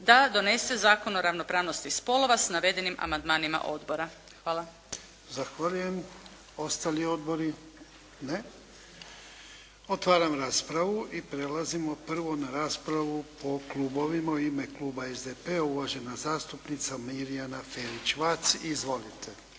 da donese Zakon o ravnopravnosti spolova s navedenim amandmanima odbora. Hvala. **Jarnjak, Ivan (HDZ)** Zahvaljujem. Ostali odbori? Ne. Otvaram raspravu i prelazimo prvo na raspravu po klubovima. U ime kluba SDP-a uvažena zastupnica Mirjana Ferić-Vac. Izvolite.